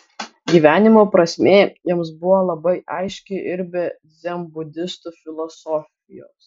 gyvenimo prasmė jiems buvo labai aiški ir be dzenbudistų filosofijos